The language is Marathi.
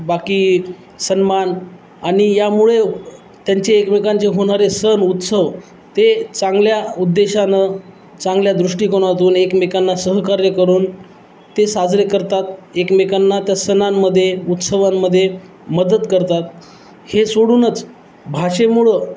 बाकी सन्मान आणि यामुळे त्यांचे एकमेकांचे होणारे सण उत्सव ते चांगल्या उद्देशानं चांगल्या दृष्टिकोनातून एकमेकांना सहकार्य करून ते साजरे करतात एकमेकांना त्या सणांमध्ये उत्सवांमध्ये मदत करतात हे सोडूनच भाषेमुूळं